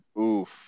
Oof